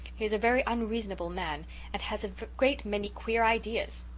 he is a very unreasonable man and has a great many queer ideas.